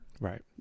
right